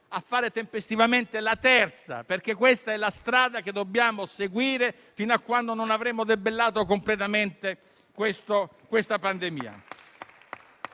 a fare tempestivamente la terza, perché questa è la strada che dobbiamo seguire fino a quando non avremo debellato completamente la pandemia.